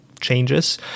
changes